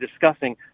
discussing –